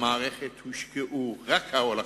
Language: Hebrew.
במערכת הושקעו, רק בהולכה,